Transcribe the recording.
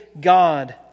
God